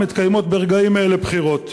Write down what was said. מתקיימות ברגעים אלה בחירות.